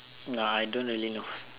nah I don't really know